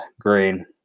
green